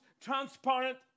transparent